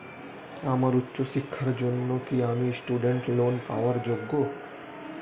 আমার উচ্চ শিক্ষার জন্য কি আমি স্টুডেন্ট লোন পাওয়ার যোগ্য?